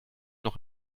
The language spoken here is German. noch